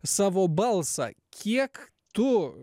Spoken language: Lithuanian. savo balsą kiek tu